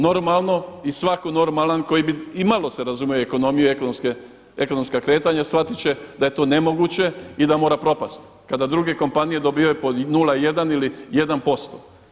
Normalno i svako normalan koji bi imalo se razumije u ekonomiju i ekonomska kretanja shvatit će da je to nemoguće i da mora propasti, kada druge kompanije dobivaju po 0,1 ili 1%